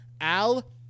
Al